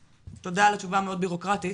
תודה על התשובה המאוד בירוקרטית,